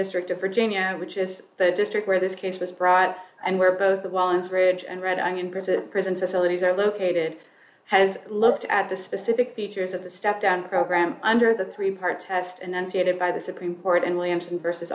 district of virginia which is the district where this case was brought and where both the once read and read i'm going pretty prison facilities are located has looked at the specific features of the step down program under the three part test and then stated by the supreme court and williamson versus